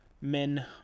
men